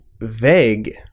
vague